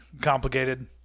complicated